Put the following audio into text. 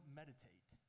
meditate